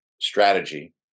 strategy